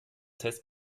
test